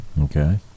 okay